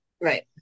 Right